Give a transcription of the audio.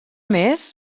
més